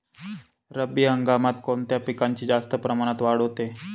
रब्बी हंगामात कोणत्या पिकांची जास्त प्रमाणात वाढ होते?